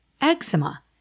eczema